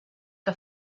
que